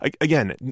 again